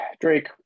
Drake